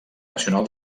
nacional